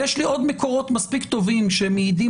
יש לי עוד מקורות מספיק טובים שמעידים